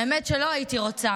האמת שלא הייתי רוצה,